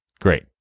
Great